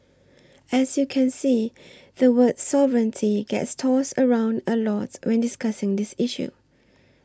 as you can see the word sovereignty gets tossed around a lot when discussing this issue